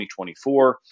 2024